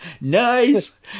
Nice